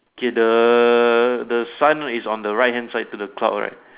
okay the the sun is on the right hand side to the cloud right